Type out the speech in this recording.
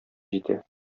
җитә